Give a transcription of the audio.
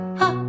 ha